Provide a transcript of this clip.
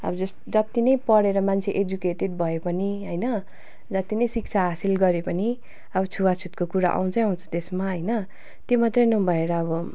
अब जस् जत्ति नै पढेर मान्छे एजुकेटेड भए पनि होइन जत्ति नै शिक्षा हासिल गरे पनि अब छुवाछुतको कुरा आउँछै आउँछ त्यसमा होइन त्यो मात्रै नभएर अब